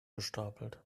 gestapelt